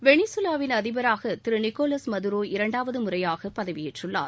வெளிசுவாவின் அதிபராக Thiru Nicolas Maduro இரண்டாவது முறையாக பதவியேற்றுள்ளார்